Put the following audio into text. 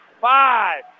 five